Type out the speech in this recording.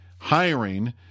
hiring